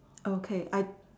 okay I